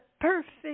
perfect